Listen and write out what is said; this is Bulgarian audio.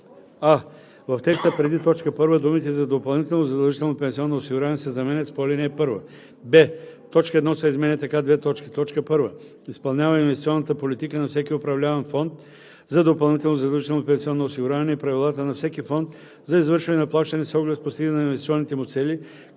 а) в текста преди т. 1 думите „за допълнително задължително пенсионно осигуряване“ се заменят с „по ал. 1“; б) точка 1 се изменя така: „1. изпълнява инвестиционната политика на всеки управляван фонд за допълнително задължително пенсионно осигуряване и правилата на всеки фонд за извършване на плащания с оглед постигане на инвестиционните му цели,